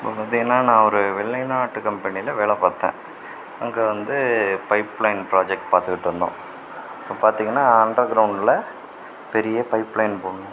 இப்போ பார்த்தீங்கனா நான் ஒரு வெளிநாட்டு கம்பெனியில் வேலை பார்த்தேன் அங்கே வந்து பைப்லைன் புராஜெக்ட் பார்த்துகிட்ருந்தோம் அப்போ பார்த்தீங்கனா அண்டர் கிரவுண்டில் பெரிய பைப்லைன் போடணும்